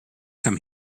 come